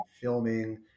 filming